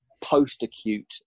post-acute